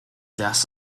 das